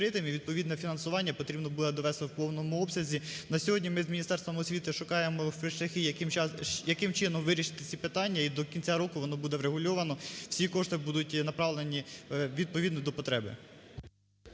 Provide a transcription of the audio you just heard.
відповідно, фінансування потрібно буде довести в повному обсязі. На сьогодні ми з Міністерством освіти шукаємо шляхи, яким чином вирішити ці питання і до кінця року воно буде врегульовано, всі кошти будуть направлені відповідно до потреби.